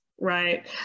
right